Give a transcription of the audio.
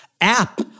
App